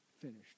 finished